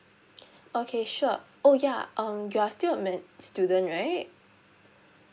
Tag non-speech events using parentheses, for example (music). (noise) okay sure oh ya um you are still men~ student right